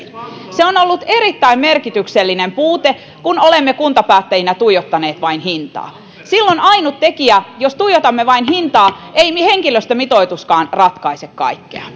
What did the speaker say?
se on ollut erittäin merkityksellinen puute kun olemme kuntapäättäjinä tuijottaneet vain hintaa silloin jos ainut tekijä on että tuijotamme vain hintaa ei henkilöstömitoituskaan ratkaise kaikkea